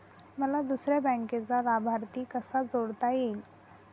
मला दुसऱ्या बँकेचा लाभार्थी कसा जोडता येईल?